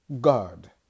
God